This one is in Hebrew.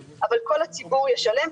אבל כל הציבור ישלם.